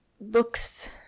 books